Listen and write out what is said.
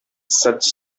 such